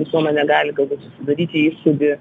visuomenė gali galbūt susidaryti įspūdį